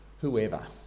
whoever